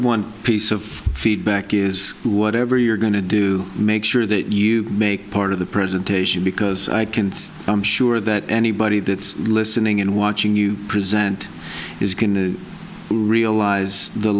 one piece of feedback is whatever you're going to do make sure that you make part of the presentation because i can i'm sure that anybody that's listening and watching you present is going to realise the